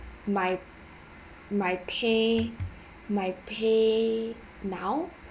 my my pay my pay now